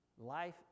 life